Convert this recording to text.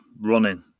running